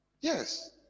Yes